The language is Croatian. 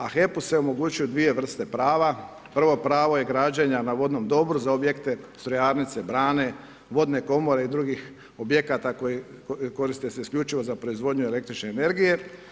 A HEP-u se omogućuje dvije vrste prava, prvo pravo je građenja na vodnom dobru za objekte strojarnice brane, vodne komore i drugih objekata koji se koriste isključivo za proizvodnju električne energije.